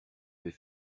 vais